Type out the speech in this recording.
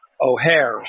O'Hare